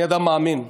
אני אדם מאמין,